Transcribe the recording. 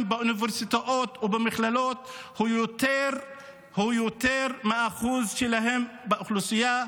באוניברסיטאות ובמכללות הוא יותר מהאחוז שלהם באוכלוסייה,